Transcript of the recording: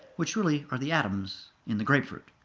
which really are the atoms in the grapefruit.